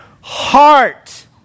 heart